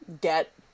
get